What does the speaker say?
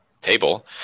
table